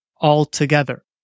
altogether